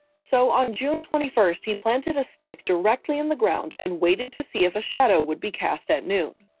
so on june twenty first, he planted a stick directly in the ground and waited to see if a shadow would be cast at noon.